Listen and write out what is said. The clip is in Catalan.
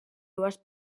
dues